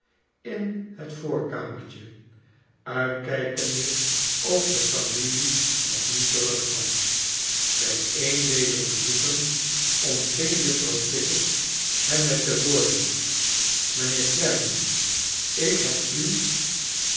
in het voorkamertje uitkijkende of de familie nog niet terugkwam bij een dezer bezoeken ontving juffrouw tickit hem met de woorden mijnheer clennam ik lieb u